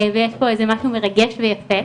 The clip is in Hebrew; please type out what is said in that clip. ויש פה איזה משהו מרגש ויפה.